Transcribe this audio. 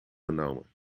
genomen